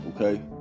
okay